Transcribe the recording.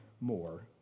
more